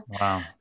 wow